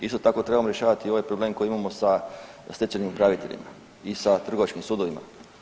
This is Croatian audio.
Isto tako trebamo rješavati i ovaj problem koji imamo sa stečajnim upraviteljima i sa trgovačkim sudovima.